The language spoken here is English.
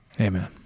Amen